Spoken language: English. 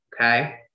Okay